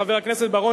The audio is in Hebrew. חבר הכנסת בר-און,